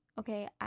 okay